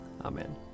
Amen